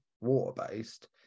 water-based